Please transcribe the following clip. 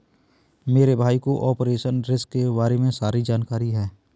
मेरे भाई को ऑपरेशनल रिस्क के बारे में सारी जानकारी है